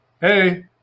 Hey